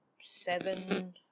seven